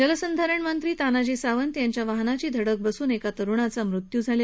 जलसंधारण मंत्री तानाजी सावंत यांच्या वाहनाची धडक बस्न एका तरुणाचा मृत्यू झाला